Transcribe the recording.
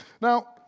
Now